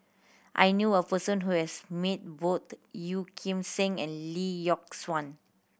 I knew a person who has meet both Yeoh Ghim Seng and Lee Yock Suan